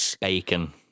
Bacon